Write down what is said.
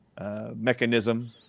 Mechanism